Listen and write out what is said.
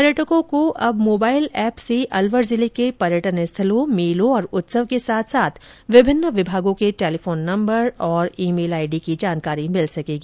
पर्यटकों को अब मोबाइल एप से अलवर जिले के पर्यटन स्थलों मेलों और उत्सव के साथ साथ विभिन्न विभागों के टेलीफोन नंबर और ई मेल आईडी की जानकारी मिल सकेगी